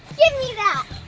give me that!